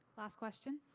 last question.